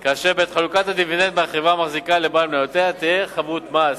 כאשר בעת חלוקת הדיבידנד מהחברה המחזיקה לבעל מניותיה תהא חבות מס.